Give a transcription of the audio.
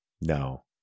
no